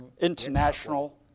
international